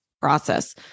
process